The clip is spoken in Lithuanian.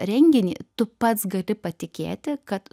renginį tu pats gali patikėti kad